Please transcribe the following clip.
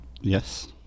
Yes